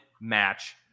match